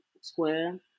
square